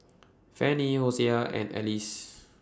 Fannie Hosea and Alice